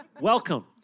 welcome